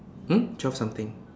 um twelve something